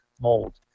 mold